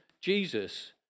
Jesus